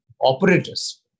operators